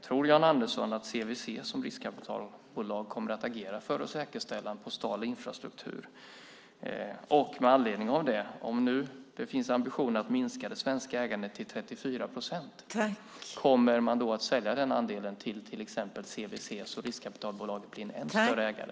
Tror Jan Andersson att CVC som riskkapitalbolag kommer att agera för att säkerställa postal infrastruktur? Och med anledning av det: Om det nu finns ambition att minska det svenska ägandet till 34 procent, kommer man då att sälja den andelen till exempelvis CVC, så att riskkapitalbolaget blir en ännu större ägare?